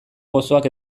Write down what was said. gozoak